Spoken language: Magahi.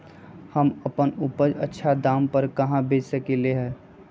हम अपन उपज अच्छा दाम पर कहाँ बेच सकीले ह?